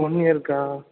one இயர்க்கா